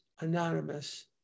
Anonymous